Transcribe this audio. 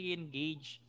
engage